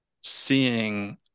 seeing